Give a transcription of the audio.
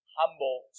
humble